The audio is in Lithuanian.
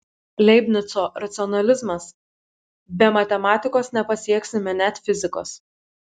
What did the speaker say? leibnico racionalizmas be matematikos nepasieksime net fizikos